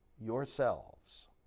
yourselves